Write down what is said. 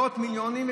מאות מיליונים,